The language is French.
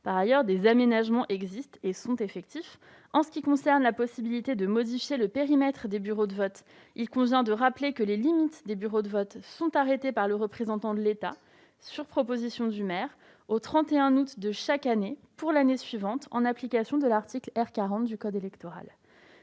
rassurés, des aménagements existent et sont effectifs. En ce qui concerne la possibilité de modifier le périmètre des bureaux de vote, il convient de rappeler que les limites des bureaux de vote sont arrêtées par le représentant de l'État, sur proposition du maire, au 31 août de chaque année pour l'année suivante en application de l'article R. 40 du code électoral.